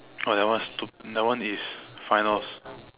oh that one's to that one is finals